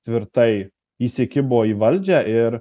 tvirtai įsikibo į valdžią ir